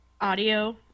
audio